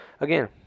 Again